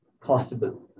possible